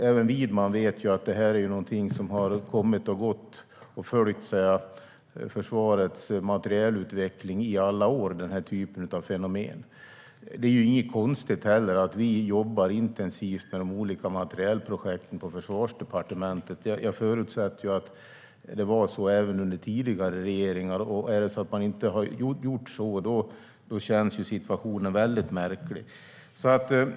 Även Widman vet att den typen av fenomen är någonting som har uppkommit och följt försvarets materielutveckling i alla år. Det är heller inget konstigt att vi jobbar intensivt med de olika materielprojekten på Försvarsdepartementet. Jag förutsätter att det var så även under tidigare regeringar. Är det så att man inte har gjort så känns det väldigt märkligt.